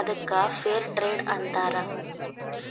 ಅದ್ದುಕ್ fair trade ಅಂತಾರ